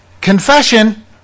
Confession